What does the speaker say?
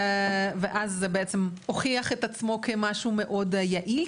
ואז זה בעצם הוכיח את עצמו כמשהו מאוד יעיל,